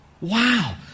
wow